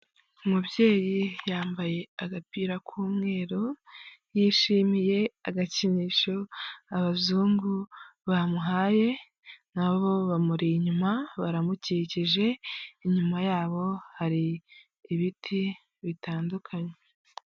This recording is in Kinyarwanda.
Umubyeyi yambaye agapira k'umweru yishimiye agakinisho abazungu bamuhaye nabo bamuri inyuma baramukikije, inyuma yabo hari ibiti bitandukanye.